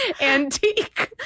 antique